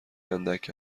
اندک